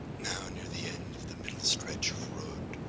now near the end of the middle stretch of road,